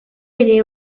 ere